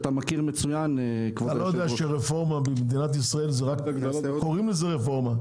אתה לא יודע שלרפורמה במדינת ישראל רק קוראים רפורמה?